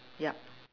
yup